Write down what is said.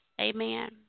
Amen